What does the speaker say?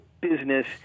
business